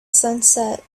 sunset